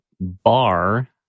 bar